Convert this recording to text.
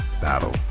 Battle